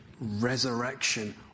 resurrection